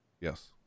yes